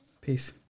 Peace